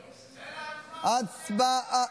הצבעה.